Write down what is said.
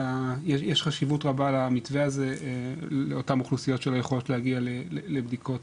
יש חשיבות רבה למתווה הזה לאותן אוכלוסיות שלא יכולות להגיע לבדיקות